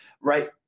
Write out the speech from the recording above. right